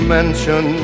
mention